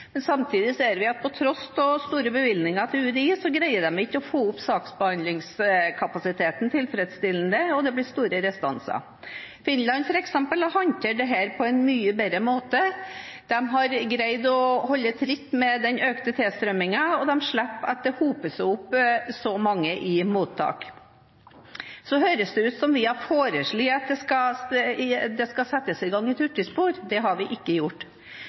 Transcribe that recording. men samtidig ser vi at på tross av store bevilgninger til UDI greier de ikke å få opp saksbehandlingskapasiteten tilfredsstillende, og det blir store restanser. I Finland f.eks. har man håndtert dette på en mye bedre måte. De har greid å holde tritt med den økte tilstrømningen, og de slipper at det hoper seg opp så mange i mottak. Så høres det ut som at vi har foreslått at det skal settes i gang et hurtigspor. Det har vi ikke gjort.